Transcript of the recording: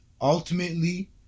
ultimately